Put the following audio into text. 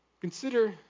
Consider